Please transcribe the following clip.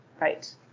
Right